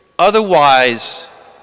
Otherwise